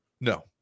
No